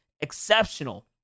exceptional